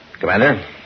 Commander